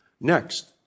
Next